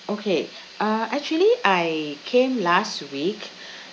okay uh actually I came last week